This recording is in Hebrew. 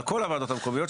על כל הוועדות המקומיות,